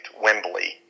Wembley